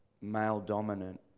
male-dominant